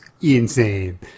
insane